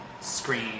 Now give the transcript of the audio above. screen